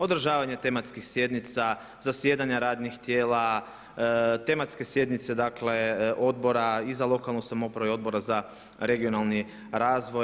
Održavanje tematskih sjednica, zasjedanja radnih tijela, tematske sjednice dakle Odbora i za lokalnu samoupravu i Odbora za regionalni razvoj.